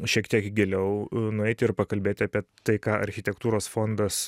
šiek tiek giliau nueiti ir pakalbėti apie tai ką architektūros fondas